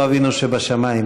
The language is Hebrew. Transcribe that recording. לא אבינו שבשמיים,